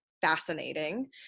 fascinating